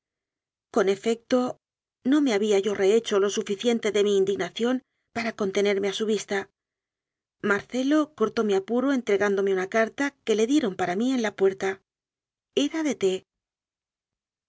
con efecto no me había yo rehecho lo suficiente de mi indig nación para contenerme a su vista marcelo cortó mi apuro entregándome una carta que le dieron para mí en la puerta era de t